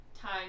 time